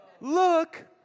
Look